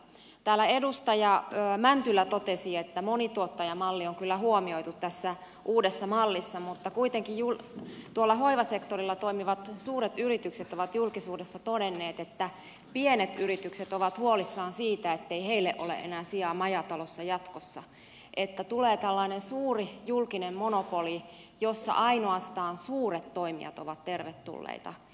täällä edustaja mäntylä totesi että monituottajamalli on kyllä huomioitu tässä uudessa mallissa mutta kuitenkin tuolla hoivasektorilla toimivat suuret yritykset ovat julkisuudessa todenneet että pienet yritykset ovat huolissaan siitä ettei heillä ole enää sijaa majatalossa jatkossa ja että tulee tällainen suuri julkinen monopoli jossa ainoastaan suuret toimijat ovat tervetulleita